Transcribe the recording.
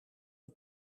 het